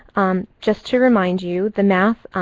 um just to remind you, the math,